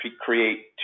create